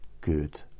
Good